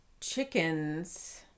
chickens